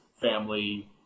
family